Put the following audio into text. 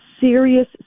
serious